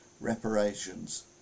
reparations